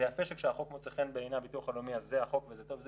זה יפה כשהחוק מוצא חן בעיני הביטוח הלאומי אז זה החוק וזה טוב.